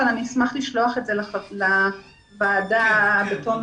אבל אני אשמח לשלוח את זה לוועדה בתום